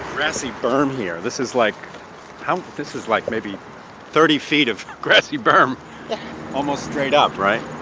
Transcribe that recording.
grassy berm here. this is like how this is, like, maybe thirty feet of grassy berm almost straight up, right?